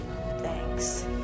Thanks